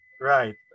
Right